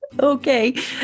Okay